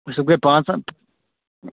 وُچھ سا تِم گٔے پانٛژھ ہتھ